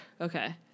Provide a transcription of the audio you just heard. okay